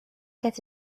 get